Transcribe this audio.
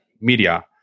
media